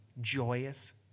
joyous